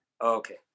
Okay